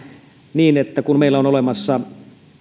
kun meillä on olemassa